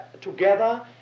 together